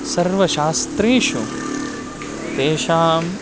सर्वशास्त्रेषु तेषां